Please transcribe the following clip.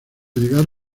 llegar